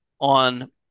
on